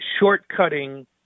shortcutting